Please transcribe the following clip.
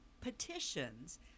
petitions